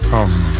Come